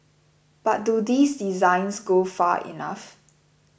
but do these designs go far enough